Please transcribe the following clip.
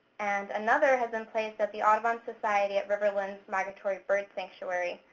and another has been placed at the audubon society at riverlands migratory bird sanctuary,